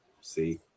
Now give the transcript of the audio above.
See